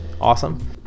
awesome